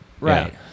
Right